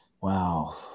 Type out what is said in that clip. wow